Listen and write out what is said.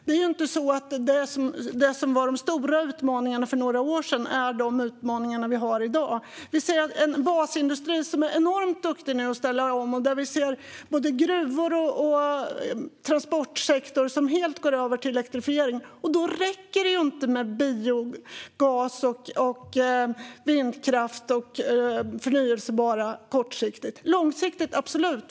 Det är inte så att de stora utmaningarna för några år sedan är de utmaningar vi har i dag. Vi ser nu en basindustri som är enormt duktig på att ställa om. Vi ser att både gruvor och transportsektor helt går över till elektrifiering. Då räcker det inte kortsiktigt med biogas, vindkraft och förnybart. Långsiktigt - absolut!